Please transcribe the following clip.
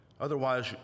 Otherwise